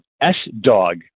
S-Dog